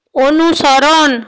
অনুসরণ